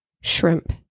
shrimp